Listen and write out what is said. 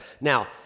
Now